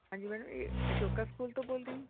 ਹਾਂਜੀ ਮੈਡਮ ਇਹ ਅਸ਼ੋਕਾ ਸਕੂਲ ਤੋਂ ਬੋਲਦੇ ਹੈਂ